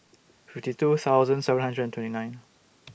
fifty two thousand seven hundred and twenty nine